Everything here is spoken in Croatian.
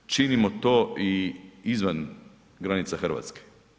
Činimo to izvan granica Hrvatske.